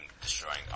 destroying